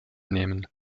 nehmen